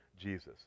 Jesus